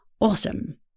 Awesome